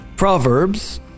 Proverbs